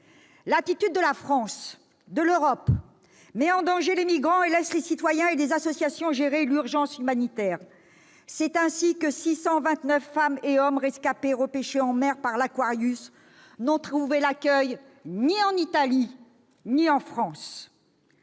L'attitude de la France et de l'Europe met en danger les migrants et laisse les citoyens et les associations gérer l'urgence humanitaire. C'est ainsi que ces 629 femmes et hommes rescapés, repêchés en mer par l', n'ont trouvé d'accueil ni en Italie ni en France